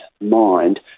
mind